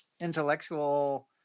intellectual